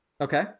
Okay